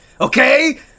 Okay